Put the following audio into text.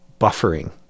buffering